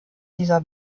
dieser